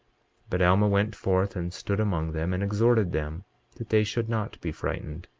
but alma went forth and stood among them, and exhorted them that they should not be frightened,